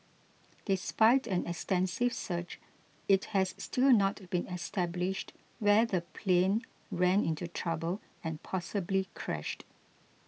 despite an extensive search it has still not been established where the plane ran into trouble and possibly crashed